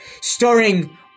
starring